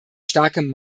starkem